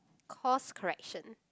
cause correction